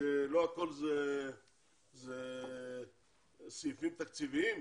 שלא הכול זה סעיפים תקציביים?